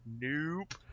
Nope